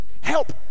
Help